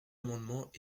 amendement